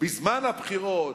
בזמן הבחירות,